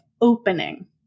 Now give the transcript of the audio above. opening